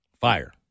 Fire